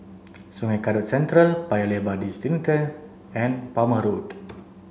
Sungei Kadut Central Paya Lebar Districentre and Palmer Road